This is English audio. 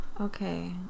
Okay